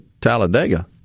Talladega